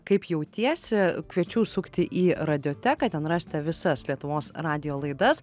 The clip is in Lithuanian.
kaip jautiesi kviečiu užsukti į radioteką ten rasite visas lietuvos radijo laidas